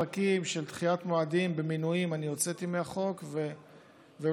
פרקים של דחיית מועדים במינויים הוצאתי מהחוק והם